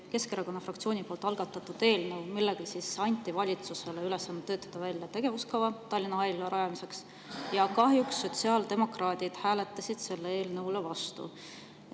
Keskerakonna fraktsiooni poolt algatatud eelnõu, millega anti valitsusele ülesandeks töötada välja tegevuskava Tallinna Haigla rajamiseks, ja kahjuks sotsiaaldemokraadid hääletasid selle eelnõu vastu.